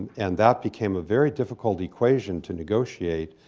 and that became a very difficult equation to negotiate,